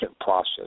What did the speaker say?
process